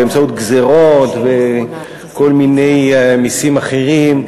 באמצעות גזירות וכל מיני מסים אחרים,